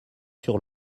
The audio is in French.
sur